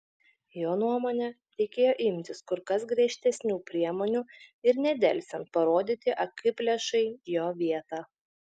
jo nuomone reikėjo imtis kur kas griežtesnių priemonių ir nedelsiant parodyti akiplėšai jo vietą